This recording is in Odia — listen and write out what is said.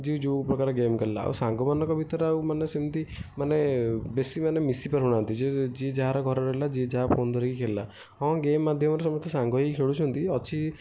ଯିଏ ଯେଉଁ ପ୍ରକାର ଗେମ୍ ଖେଳିଲା ଆଉ ସାଙ୍ଗମାନଙ୍କ ଭିତରେ ଆଉ ସେମତି ମାନେ ବେଶୀ ମାନେ ମିଶି ପାରୁନାହାନ୍ତି ଯିଏ ଯାହାର ଘରେ ରହିଲା ଯିଏ ଯାହା ଫୋନ୍ ଧରିକି ଖେଳିଲା ହଁ ଗେମ୍ ମାଧ୍ୟମରେ ସମସ୍ତେ ସାଙ୍ଗ ହୋଇକି ଖେଳୁଛନ୍ତି ଅଛି